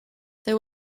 there